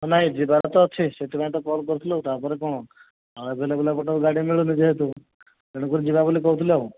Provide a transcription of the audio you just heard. ନାଇଁ ଯିବାର ତ ଅଛି ସେଥିପାଇଁ ତ କଲ୍ କରିଥିଲି ଆଉ ତା'ପରେ କ'ଣ ଆଭେଲେବୁଲ୍ ଏପଟେ ଆଉ ଗାଡ଼ି ମିଳୁନି ଯେହେତୁ ତେଣୁକରି ଯିବା ବୋଲି କହୁଥିଲି ଆଉ